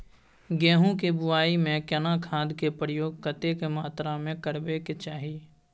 गेहूं के बुआई में केना खाद के प्रयोग कतेक मात्रा में करबैक चाही?